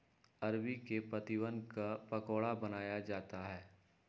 अरबी के पत्तिवन क पकोड़ा बनाया जाता है